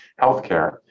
Healthcare